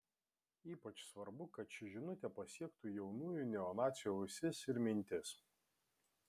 ypač svarbu kad ši žinutė pasiektų jaunųjų neonacių ausis ir mintis